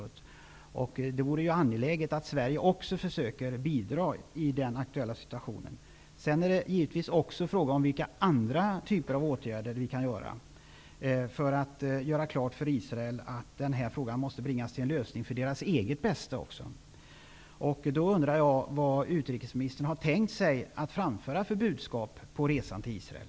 Det vore angeläget att också Sverige försöker att bidra till att lösa den aktuella situationen. Sedan finns det givetvis andra typer av åtgärder som vi kan vidta för att göra klart för Israel att den här frågan måste bringas till en lösning för israelernas eget bästa. Jag undrar då vilket budskap som utrikesministern har tänkt att framföra under sin resa i Israel.